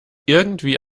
irgendwie